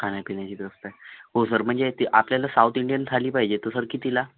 खाण्यापिण्याची व्यवस्था आहे हो सर म्हणजे ते आपल्याला साउथ इंडियन थाळी पाहिजे तर सर कितीला